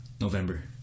November